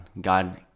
God